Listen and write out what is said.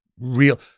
real